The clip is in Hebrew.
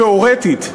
תיאורטית,